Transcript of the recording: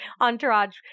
Entourage